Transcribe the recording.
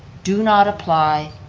do not apply,